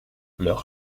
leur